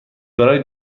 برای